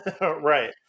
Right